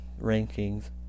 rankings